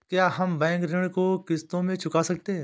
क्या हम बैंक ऋण को किश्तों में चुका सकते हैं?